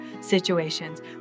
situations